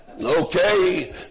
Okay